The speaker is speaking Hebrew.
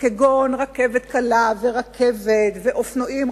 כגון רכבת קלה ורכבת ואופנועים.